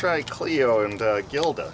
try cleo and gilda